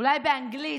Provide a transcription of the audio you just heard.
אולי באנגלית,